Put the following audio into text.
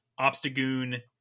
Obstagoon